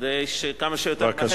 כדי שכמה שיותר מהר, בבקשה.